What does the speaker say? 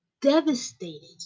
Devastated